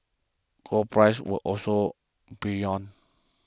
gold prices were also buoyant